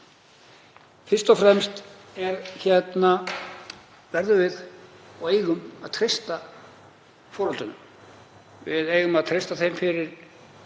Fyrst og fremst verðum við og eigum að treysta foreldrunum. Við eigum að treysta þeim fyrir